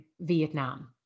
Vietnam